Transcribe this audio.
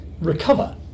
recover